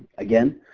again,